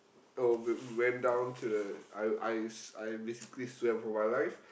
oh we~ went down to the I I I basically swam for my life